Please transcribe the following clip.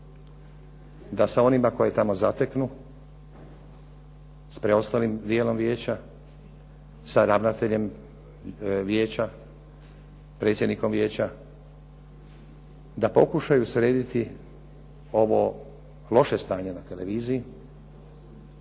da sa onima koje tamo zateknu s preostalim dijelom vijeća, sa ravnateljem vijeća, predsjednikom vijeća, da pokušaju srediti ovo loše stanje na televiziji